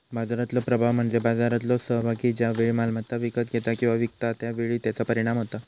बाजारातलो प्रभाव म्हणजे बाजारातलो सहभागी ज्या वेळी मालमत्ता विकत घेता किंवा विकता त्या वेळी त्याचा परिणाम होता